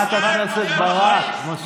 חברת הכנסת ברק, מספיק.